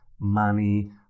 money